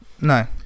No